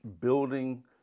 building